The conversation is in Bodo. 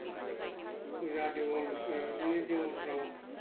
फुजा देवोल बिदिनो देवोलफ्राव